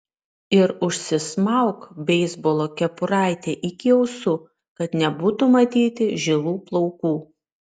ir užsismauk beisbolo kepuraitę iki ausų kad nebūtų matyti žilų plaukų